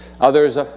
Others